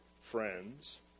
friends